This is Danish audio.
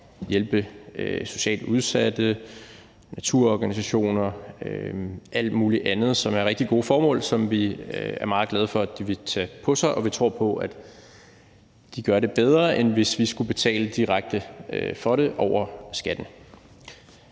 hjælpe socialt udsatte, og der er naturorganisationer og alt muligt andet, som har rigtig gode formål, og vi er meget glade for, at de vil tage det arbejde på sig, og vi tror på, at de gør det bedre, end hvis vi skulle betale direkte for det over skatten.